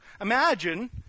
Imagine